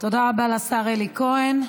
תודה רבה לשר אלי כהן.